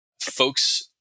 Folks